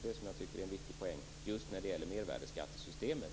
Det är en viktig poäng just när det gäller mervärdesskattesystemet.